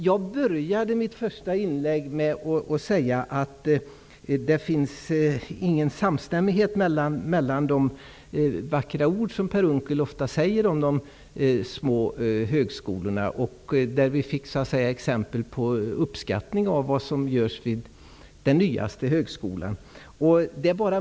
Jag sade i mitt första inlägg att det inte finns någon samstämmighet mellan vad som görs och de vackra ord som Per Unckel ofta uttalar om de små högskolorna. Han gav exempel och uttryckte sin uppskattning av vad som görs vid den nyaste högskolan.